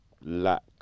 lack